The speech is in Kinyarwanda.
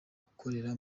ukorera